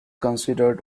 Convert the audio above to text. considered